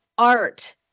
Art